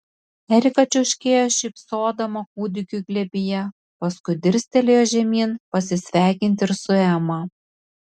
erika čiauškėjo šypsodama kūdikiui glėbyje paskui dirstelėjo žemyn pasisveikinti ir su ema